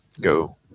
go